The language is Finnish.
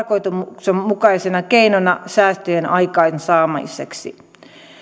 tarkoituksenmukaisina keinoina säästöjen aikaansaamiseksi